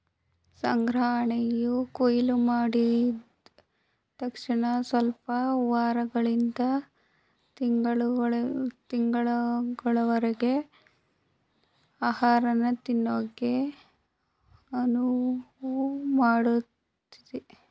ಸಂಗ್ರಹಣೆಯು ಕೊಯ್ಲುಮಾಡಿದ್ ತಕ್ಷಣಸ್ವಲ್ಪ ವಾರಗಳಿಂದ ತಿಂಗಳುಗಳವರರ್ಗೆ ಆಹಾರನ ತಿನ್ನಕೆ ಅನುವುಮಾಡ್ತದೆ